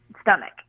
stomach